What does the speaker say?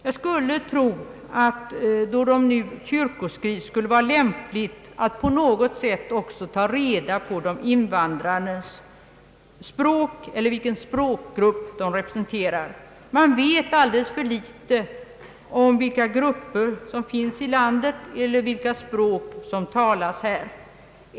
Då de invandrade kyrkoskrives borde det vara möjligt att ta reda på vilket språk eller vilken språkgrupp de representerar. Vi vet alldeles för litet om vilka grupper som finns i landet och vilka språk som talas.